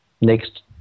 next